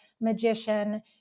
magician